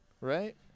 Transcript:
Right